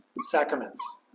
sacraments